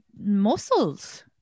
muscles